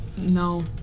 No